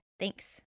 Thanks